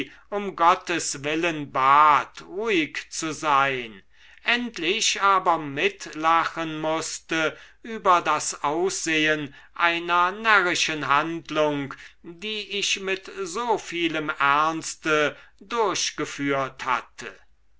um gottes willen bat ruhig zu sein endlich aber mitlachen mußte über das aussehen einer närrischen handlung die ich mit so vielem ernste durchgeführt hatte